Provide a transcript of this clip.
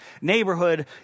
neighborhood